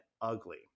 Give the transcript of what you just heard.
ugly